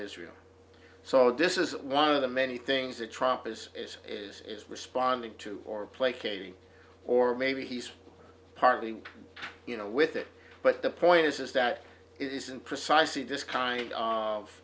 israel so this is one of the many things that trump is is is responding to or placating or maybe he's partly you know with it but the point is is that it isn't precisely this kind